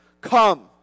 Come